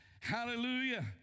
Hallelujah